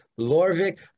Lorvik